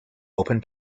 open